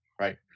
right